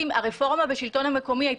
מרכז שלטון מקומי.